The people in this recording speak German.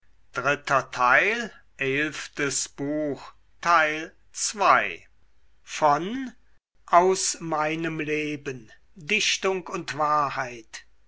leben dichtung und wahrheit